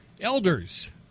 elders